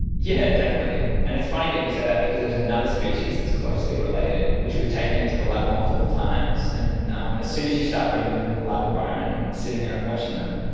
yeah definitely, and it's funny that you say that because there's another species that's closely related which we've taken to the lab multiple times, and um as soon as you start putting them in the lab environment and sitting there and watching them,